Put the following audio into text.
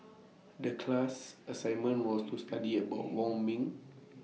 The class assignment was to study about Wong Ming